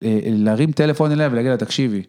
להרים טלפון אליה ולהגיד לה תקשיבי.